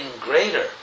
greater